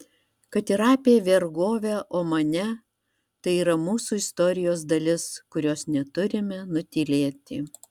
kad ir apie vergovę omane tai yra mūsų istorijos dalis kurios neturime nutylėti